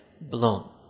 blown